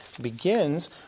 begins